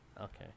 Okay